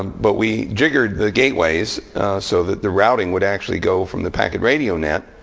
um but we jiggered the gateways so that the routing would actually go from the packet radio net,